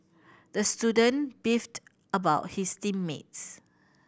the student beefed about his team mates